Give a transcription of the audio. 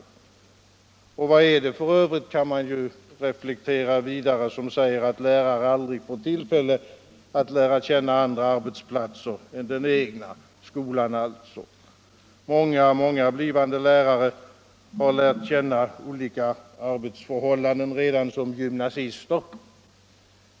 Och vad är det f. ö., kan man reflektera vidare, som säger att lärare aldrig får tillfälle att lära känna andra arbetsplatser än den egna, alltså skolan? Många blivande lärare har lärt känna olika arbetsförhållanden redan som gymnasister.